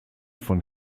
von